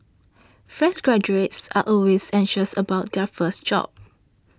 fresh graduates are always anxious about their first job